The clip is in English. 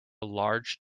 large